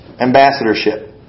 ambassadorship